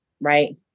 Right